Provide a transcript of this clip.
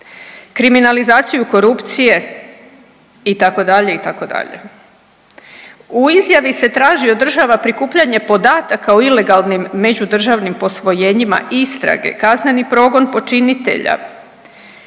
kriminalizaciju korupcije itd. itd. U izjavi se traži od država prikupljanje podataka o ilegalnim međudržavnim posvojenjima istrage, kazneni progon počinitelja.